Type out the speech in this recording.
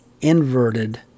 inverted